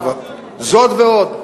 זאת ועוד: